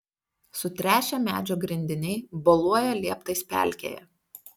sutręšę medžio grindiniai boluoja lieptais pelkėje